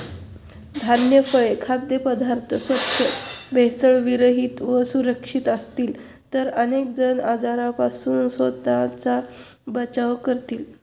धान्य, फळे, खाद्यपदार्थ स्वच्छ, भेसळविरहित व सुरक्षित असतील तर अनेक जण आजारांपासून स्वतःचा बचाव करतील